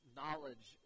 knowledge